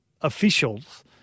officials